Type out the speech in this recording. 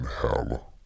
hell